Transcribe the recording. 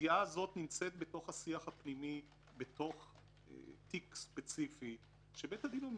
הסוגיה הזו נמצאת בתוך השיח הפנימי בתוך תיק ספציפי כשבית הדין אומר: